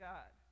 God